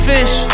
Fish